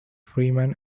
freeman